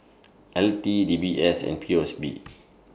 L T D B S and P O S B